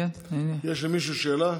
יש למישהו שאלה?